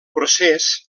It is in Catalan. procés